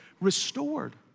restored